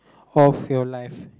of your life